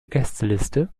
gästeliste